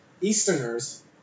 Easterners